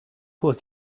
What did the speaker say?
was